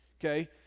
okay